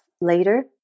later